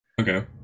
okay